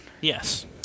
Yes